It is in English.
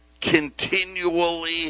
continually